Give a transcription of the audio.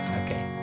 okay